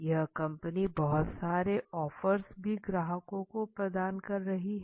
यह कंपनी बहुत सारे ऑफर्स भी ग्राहकों को प्रदान कर रही है